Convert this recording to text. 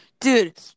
Dude